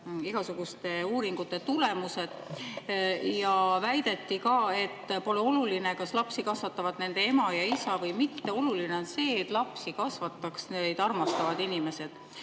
igasuguste uuringute tulemused. Väideti ka, et pole oluline, kas lapsi kasvatavad nende ema ja isa või mitte, oluline on see, et lapsi kasvataks neid armastavad inimesed.